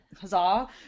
huzzah